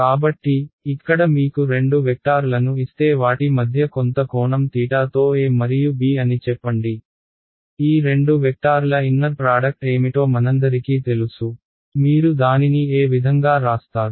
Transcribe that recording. కాబట్టి ఇక్కడ మీకు రెండు వెక్టార్లను ఇస్తే వాటి మధ్య కొంత కోణం θతో a మరియు b అని చెప్పండి ఈ రెండు వెక్టార్ల ఇన్నర్ ప్రాడక్ట్ ఏమిటో మనందరికీ తెలుసు మీరు దానిని ఏ విధంగా రాస్తారు